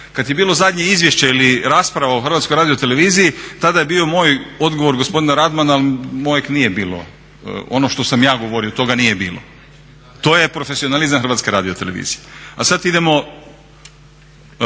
Kad je bilo zadnje izvješće ili rasprava o HRT-u tada je bio moj odgovor na gospodina Radmana, mojeg nije bilo, ono što sam ja govorio toga nije bilo. To je profesionalizam HRT-a. A sad idemo,